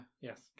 Yes